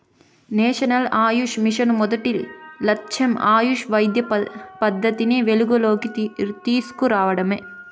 national AYUSH mission మొదటి లచ్చెం ఆయుష్ వైద్య పద్దతిని వెలుగులోనికి తీస్కు రావడమే